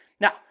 Now